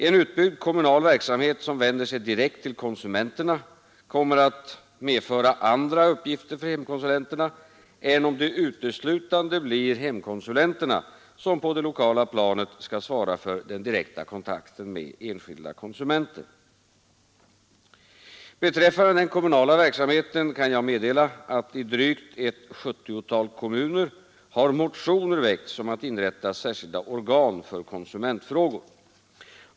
En utbyggd kommunal verksamhet som vänder sig direkt till konsumenterna kommer att medföra andra uppgifter för hemkonsulenterna än om det uteslutande blir hemkonsulenterna som på det lokala planet skall svara för direkt kontakt med enskilda konsumenter. Beträffande den kommunala verksamheten kan jag meddela att i drygt ett sjuttiotal kommuner har motioner väckts om att inrätta särskilda organ för konsumentfrågor.